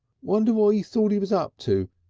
wonder what he thought he was up to!